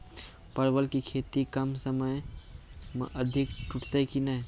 परवल की खेती कम समय मे अधिक टूटते की ने?